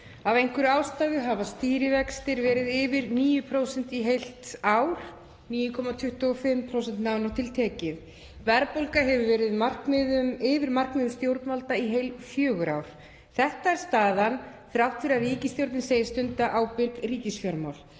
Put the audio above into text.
Af einhverri ástæðu hafa stýrivextir verið yfir 9% í heilt ár, 9,25% nánar tiltekið. Verðbólga hefur verið yfir markmiðum stjórnvalda í heil fjögur ár þrátt fyrir að ríkisstjórnin segist stunda ábyrg ríkisfjármál;